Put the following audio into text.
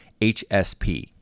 HSP